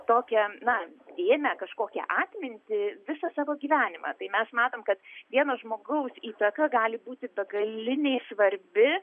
tokią na dėmę kažkokią atmintį visą savo gyvenimą tai mes matom kad vieno žmogaus įtaka gali būti begaliniai svarbi